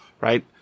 right